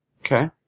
Okay